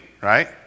right